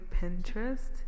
Pinterest